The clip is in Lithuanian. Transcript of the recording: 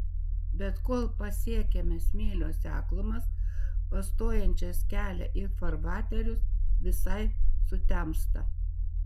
bet kol pasiekiame smėlio seklumas pastojančias kelią į farvaterius visai sutemsta